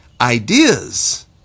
ideas